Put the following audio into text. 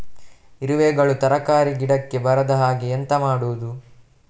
ಇರುವೆಗಳು ತರಕಾರಿ ಗಿಡಕ್ಕೆ ಬರದ ಹಾಗೆ ಎಂತ ಮಾಡುದು?